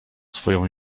swoją